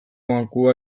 bankua